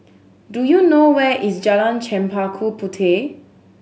do you know where is Jalan Chempaka Puteh